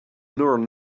neural